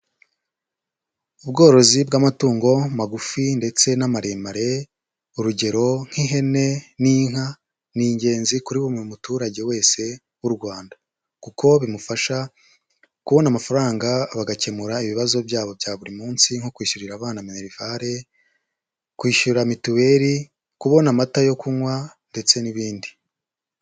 Ubworozi bw'amatungo magufi ndetse n'amaremare ,urugero nk'ihene n'inka ni ingenzi kuri buri muturage wese w'u Rwanda, kuko bimufasha kubona amafaranga, bagakemura ibibazo byabo bya buri munsi, nko kwishyurira abana minerivare, kwishyura mituweli, kubona amata yo kunywa, ndetse n'ibindi.